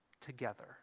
together